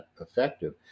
effective